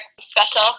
special